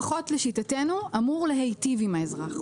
לפחות לשיטתנו, אמור להטיב עם האזרח.